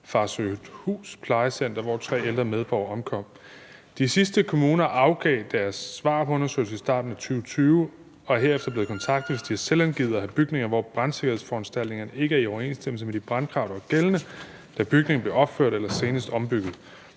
Farsøhthus, hvor tre ældre medborgere omkom. De sidste kommuner afgav deres svar på undersøgelsen i starten af 2020, og de er herefter blevet kontaktet, hvis de har selvangivet at have bygninger, hvor brandsikkerhedsforanstaltningerne ikke er i overensstemmelse med de brandkrav, der var gældende, da bygningen blev opført eller senest ombygget.